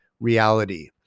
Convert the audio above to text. reality